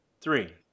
Three